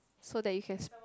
so that you can